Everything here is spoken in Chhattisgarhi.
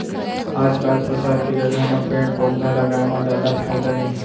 आजकाल फसल के जघा म पेड़ पउधा लगाए म जादा फायदा हे